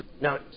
Now